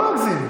לא להגזים.